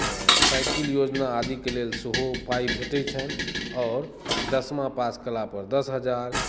cycle योजना आदि के लेल सेहो पाइ भेटै छनि आओर दसमा पास केला पर दस हजार